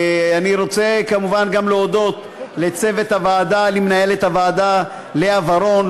אני רוצה כמובן גם להודות לצוות הוועדה: למנהלת הוועדה לאה ורון,